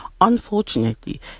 unfortunately